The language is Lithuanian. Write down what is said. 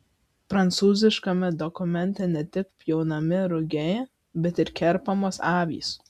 prancūziškame dokumente ne tik pjaunami rugiai bet ir kerpamos avys